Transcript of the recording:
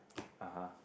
(uh huh)